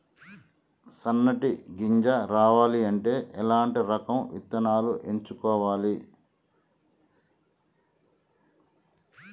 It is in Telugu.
సన్నటి గింజ రావాలి అంటే ఎలాంటి రకం విత్తనాలు ఎంచుకోవాలి?